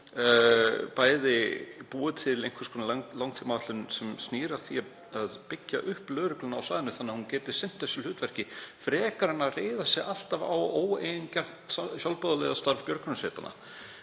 gerð verði einhvers konar langtímaáætlun sem snýr að því að byggja upp lögregluna á svæðinu þannig að hún geti sinnt þessu hlutverki, frekar en að reiða sig alltaf á óeigingjarnt sjálfboðaliðastarf björgunarsveitanna.